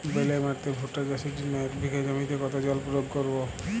বেলে মাটিতে ভুট্টা চাষের জন্য এক বিঘা জমিতে কতো জল প্রয়োগ করব?